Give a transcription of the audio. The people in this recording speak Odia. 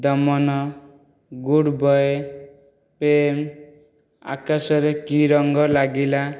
ଦମନ ଗୁଡ଼ବଏ ପ୍ରେମ ଆକାଶରେ କି ରଙ୍ଗ ଲାଗିଲା